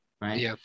Right